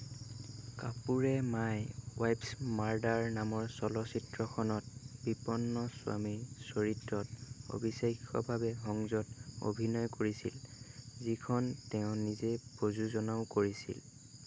কাপুৰে my wife's murder নামৰ চলচ্চিত্ৰখনত বিপন্ন স্বামীৰ চৰিত্ৰত অবিশ্বাস্যভাৱে সংযত অভিনয় কৰিছিল যিখন তেওঁ নিজে প্ৰযোজনাও কৰিছিল